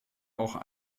auch